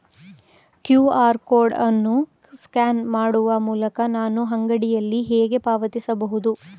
QR code ಅನ್ನು scan ಮಾಡುವ ಮೂಲಕ ನಾನು ಅಂಗಡಿಯಲ್ಲಿ ಹೇಗೆ ಪಾವತಿಸಬಹುದು?